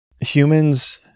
humans